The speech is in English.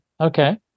Okay